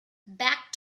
backed